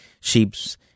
sheep's